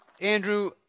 Andrew –